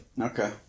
Okay